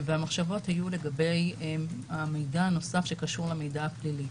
המחשבות היו לגבי המידע הנוסף שקשור למידע הפלילי,